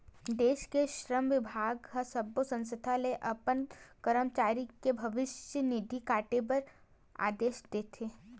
देस के श्रम बिभाग ह सब्बो संस्था ल अपन करमचारी के भविस्य निधि काटे बर आदेस देथे